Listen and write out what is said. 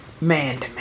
man